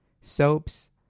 soaps